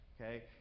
Okay